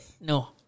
no